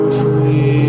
free